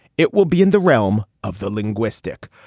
it will be in the realm of the linguistic.